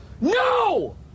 No